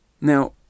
Now